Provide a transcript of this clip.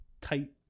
tight